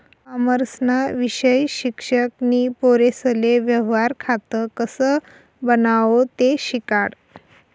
कॉमर्सना विषय शिक्षक नी पोरेसले व्यवहार खातं कसं बनावो ते शिकाडं